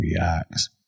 reacts